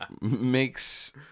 makes